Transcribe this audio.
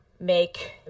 make